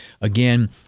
Again